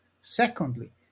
Secondly